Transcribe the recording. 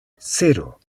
cero